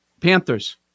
Panthers